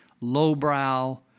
Lowbrow